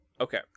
Okay